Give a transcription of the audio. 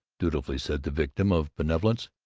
dutifully said the victim of benevolence.